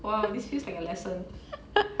!wah! this feels like a lesson